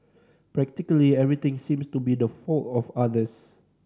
practically everything seems to be the fault of others